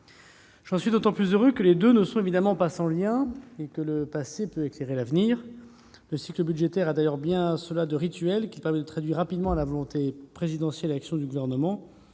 J'en suis d'autant plus heureux que les deux ne sont évidemment pas sans lien, le passé pouvant éclairer l'avenir. Le cycle budgétaire a d'ailleurs cela de rituel qu'il permet de traduire rapidement la volonté présidentielle et l'action du Gouvernement